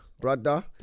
brother